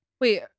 Wait